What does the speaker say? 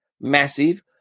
massive